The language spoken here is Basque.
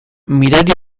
mirari